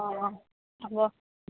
অঁ হ'ব